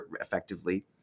effectively